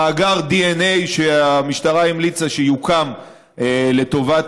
מאגר הדנ"א שהמשטרה המליצה שיוקם לטובת